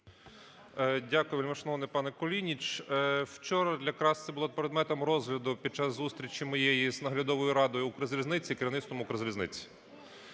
Дякую, вельмишановний панеКулініч. Вчора якраз це було предметом розгляду під час зустрічі моєї з Наглядовою радою "Укрзалізниці" і керівництвом "Укрзалізниці".